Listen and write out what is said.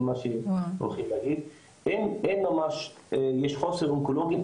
יש חוסר אונקולוגים,